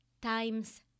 times